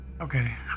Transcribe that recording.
Okay